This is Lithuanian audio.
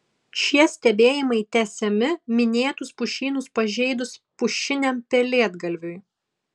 šie stebėjimai tęsiami minėtus pušynus pažeidus pušiniam pelėdgalviui